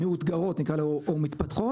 מאותגרות נקרא להן או מתפתחות,